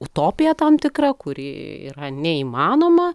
utopija tam tikra kuri yra neįmanoma